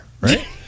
Right